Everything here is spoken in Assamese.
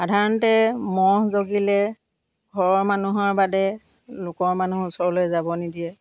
সাধাৰণতে ম'হ জগিলে ঘৰৰ মানুহৰ বাদে লোকৰ মানুহৰ ওচৰলৈ যাব নিদিয়ে